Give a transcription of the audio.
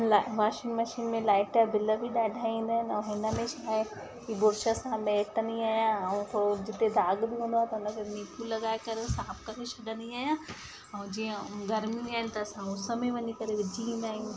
हिन लाइ washing machine में लाइट जा बिल बि ॾाढा ईंदा आहिनि ऐं हिनमें छा आहे की बुर्श सां मेंटंदी आहियां ऐं थोरो जिते दाग बि हूंदो आहे त हुनखे ब्लीच लगाए करे हो साफ़ करे छॾंदी आहियां ऐं जीअं गर्मी हूंदियूं आहिनि त असां उसमें वञी करे विझी ईंदा आहियूं